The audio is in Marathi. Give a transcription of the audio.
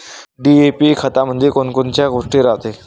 डी.ए.पी खतामंदी कोनकोनच्या गोष्टी रायते?